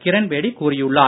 கிரண்பேடி கூறியுள்ளார்